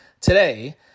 today